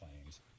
claims